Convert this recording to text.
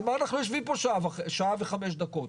על מה אנחנו יושבים פה שעה וחמש דקות,